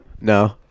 No